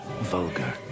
vulgar